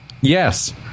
Yes